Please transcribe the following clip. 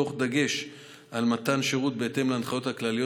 בדגש על מתן שירות בהתאם להנחיות הכלליות